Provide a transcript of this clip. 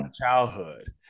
childhood